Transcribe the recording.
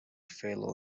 fellow